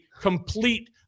complete